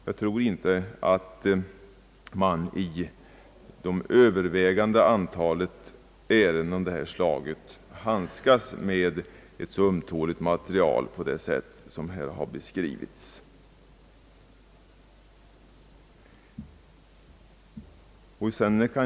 Jag tror dock inte att man i det övervägande antalet ärenden av detta slag handskas med ett så ömtåligt material på det sätt som här har beskrivits.